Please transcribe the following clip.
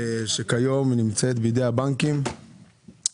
שכיום נמצאת בידי הבנקים,